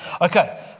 Okay